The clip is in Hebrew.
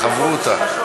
חברותא.